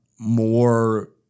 More